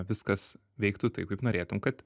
viskas veiktų taip kaip norėtum kad